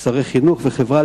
שרי חינוך וחברה,